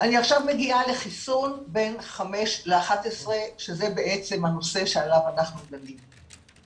עכשיו מגיעה לחיסון בין 5 ל-11 שזה הנושא שעליו אנחנו מדברים.